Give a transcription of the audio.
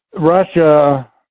Russia